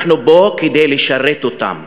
אנחנו פה כדי לשרת אותם.